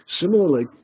Similarly